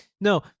no